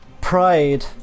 Pride